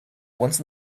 once